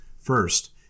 First